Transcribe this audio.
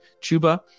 Chuba